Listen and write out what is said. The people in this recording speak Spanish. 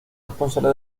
responsable